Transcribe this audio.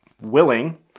willing